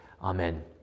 Amen